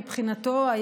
מבחינתו,